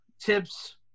tips